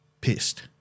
pissed